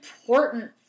important